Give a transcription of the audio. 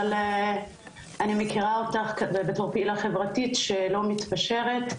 אבל אני מכירה אותך בתור פעילה חברתית שלא מתפשרת,